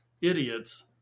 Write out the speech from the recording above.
idiots